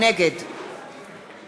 נגד